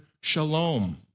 shalom